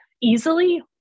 easily